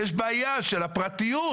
יש בעיה של הפרטיות,